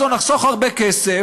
נחסוך הרבה כסף,